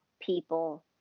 people